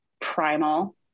primal